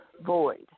Void